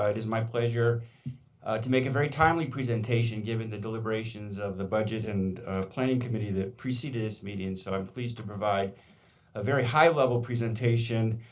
it is my pleasure to make a very timely presentation given the deliberations of the budget and planning committee that preceded this meeting. so i am pleased to provide a very high-level presentation,